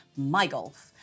MyGolf